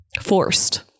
forced